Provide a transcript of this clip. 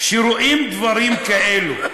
כשרואים דברים כאלה,